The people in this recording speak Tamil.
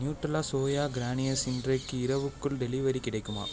நியூட்ரெலா சோயா கிரானியல்ஸ் இன்றைக்கு இரவுக்குள் டெலிவரி கிடைக்குமா